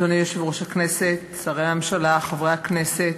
אדוני יושב-ראש הכנסת, שרי הממשלה, חברי הכנסת,